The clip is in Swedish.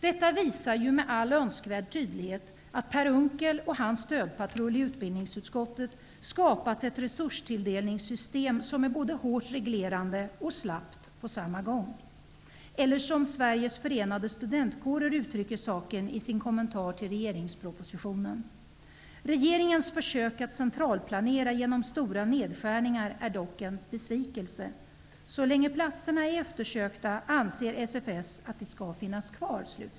Detta visar ju med all önskvärd tydlighet att Per Unckel och hans stödpatrull i utbildningsutskottet har skapat ett resurstilldelningssystem som är både hårt reglerande och slappt, på samma gång. I en kommentar till regeringspropositionen uttrycks Sveriges Förenade Studentkårers åsikt om detta: ''Regeringens försök att centralplanera genom stora nedskärningar är dock en besvikelse. Så länge platserna är eftersökta anser SFS att de skall finnas kvar''.